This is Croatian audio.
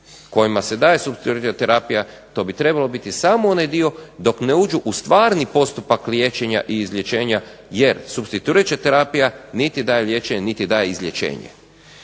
kojima se daje supstituirajuća terapija to bi trebalo biti samo onaj dio dok ne uđu u stvarni postupak liječenja i izlječenja jer supstituirajuća terapija niti daje liječenje niti daje izlječenje.